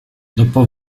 dopo